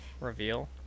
Reveal